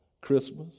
Christmas